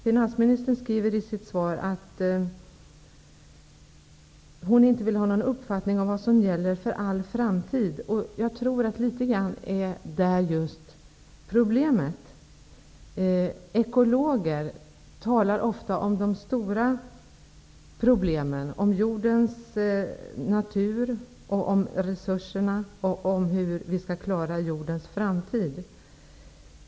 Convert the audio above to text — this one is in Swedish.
Finansministern säger i sitt svar att hon inte ''vill ha en uppfattning om vad som gäller ''för all framtid'''. Jag tror att problemet litet grand ligger i just detta. Ekologer talar ofta om de stora problemen -- om jordens natur, om resurserna och om hur vi skall klara jordens framtid.